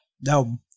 No